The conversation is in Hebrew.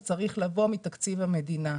זה צריך לבוא מתקציב המדינה.